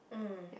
mm